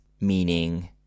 meaning